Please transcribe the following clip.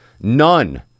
None